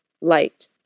light